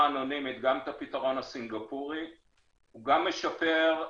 אנונימית גם את הפתרון הסינגפורי וגם משפר,